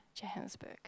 Johannesburg